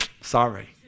Sorry